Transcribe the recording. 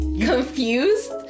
confused